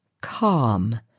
calm